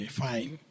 fine